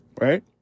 right